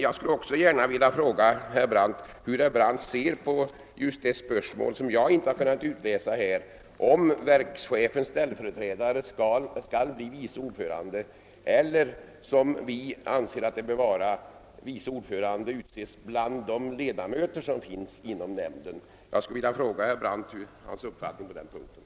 Jag skulle gärna vilja fråga herr Brandt hur han ser på just det spörsmål som jag inte har kunnat utläsa något svar på: Skall verkschefens ställföreträdare vara vice ordförande eller skall — som vi anser att det bör vara — vice ordföranden utses bland nämn dens ledamöter? Vilken är herr Brandts uppfattning på den punkten?